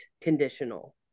conditional